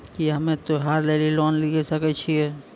की हम्मय त्योहार लेली लोन लिये सकय छियै?